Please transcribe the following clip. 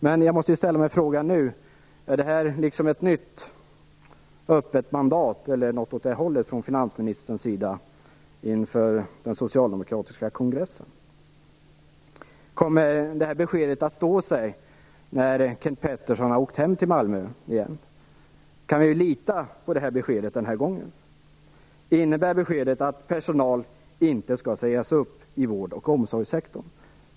Men jag måste ställa mig frågan: Är detta ett nytt öppet mandat eller något åt det hållet från finansministerns sida inför den socialdemokratiska kongressen? Kommer detta besked att stå sig när Kenth Petterson har åkt hem till Malmö igen? Kan vi lita på beskedet den här gången? Innebär beskedet att personal i vård och omsorgssektorn inte skall sägas upp?